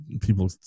people